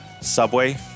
Subway